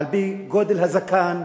על-פי גודל הזקן,